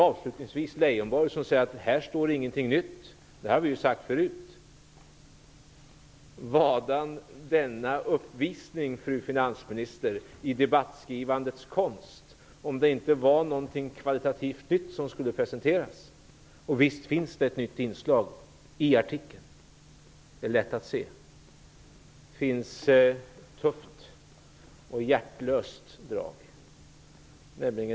Avslutningvis säger Leijonborg att här står ingenting nytt, allt detta har vi sagt förut. Vadan denna uppvisning, fru finansminister, i debattskrivandets konst om det inte var någonting kvalitativt nytt som skulle presenteras? Visst finns det ett nytt inslag i artikeln. Det är lätt att se. Det finns ett tufft och hjärtlöst drag.